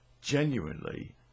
Genuinely